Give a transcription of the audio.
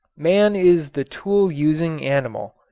man is the tool-using animal,